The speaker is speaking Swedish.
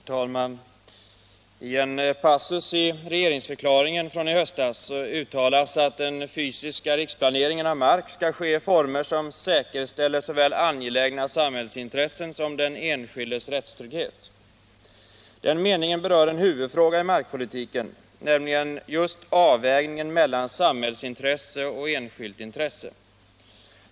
Herr talman! I en passus i regeringsförklaringen i höstas uttalades att den fysiska riksplaneringen av mark skall ske i former som säkerställer såväl angelägna samhällsintressen som den enskildes rättstrygghet. Den meningen berör en huvudfråga i markpolitiken, nämligen just avvägningen mellan samhällsintresse och enskilt intresse.